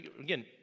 Again